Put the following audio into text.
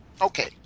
Okay